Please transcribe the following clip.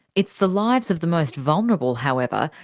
it's the lives of the most vulnerable, however,